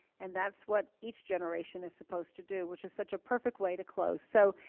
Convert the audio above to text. and that's what each generation is supposed to do, which is such a perfect way to close. so,